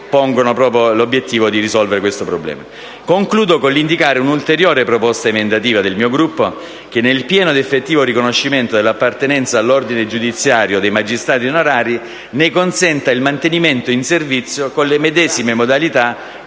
perseguono proprio l'obiettivo di risolvere questo problema. Concludo con l'indicare un'ulteriore proposta emendativa del mio Gruppo che, nel pieno ed effettivo riconoscimento dell'appartenenza all'ordine giudiziario dei magistrati onorari, ne consenta il mantenimento in servizio con le medesime modalità